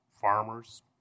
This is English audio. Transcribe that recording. farmers